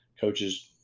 coaches –